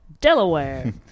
Delaware